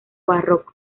barroco